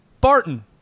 Barton